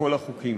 בכל החוקים.